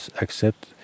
Accept